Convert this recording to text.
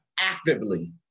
actively